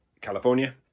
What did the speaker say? California